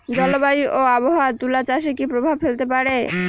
জলবায়ু ও আবহাওয়া তুলা চাষে কি প্রভাব ফেলতে পারে?